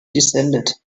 descended